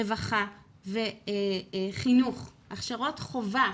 רווחה וחינוך, הכשרות חובה,